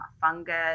fungus